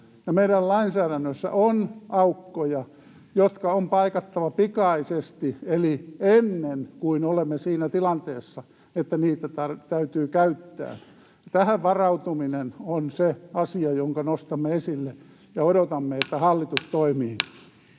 meidän lainsäädännössä on aukkoja, jotka on paikattava pikaisesti eli ennen kuin olemme siinä tilanteessa, että näitä keinoja täytyy käyttää. Tähän varautuminen on se asia, jonka nostamme esille, ja odotamme, että hallitus toimii.